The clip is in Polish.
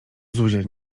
zuzia